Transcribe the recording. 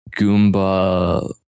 Goomba